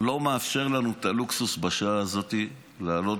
לא מאפשר לנו בשעה הזאת את הלוקסוס לעלות